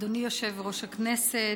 אדוני יושב-ראש הכנסת,